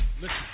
Listen